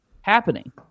happening